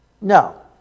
No